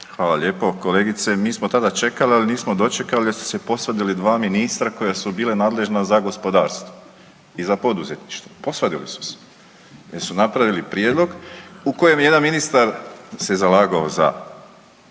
Hvala lijepo kolegice. Mi smo tada čekali, ali nismo dočekali jer ste se posvadili 2 ministra koja su bila nadležna za gospodarstvo i za poduzetništvo, posvadili su se jer su napravili prijedlog u kojem jedan ministar se zalagao za